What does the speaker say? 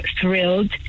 thrilled